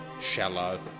shallow